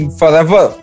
forever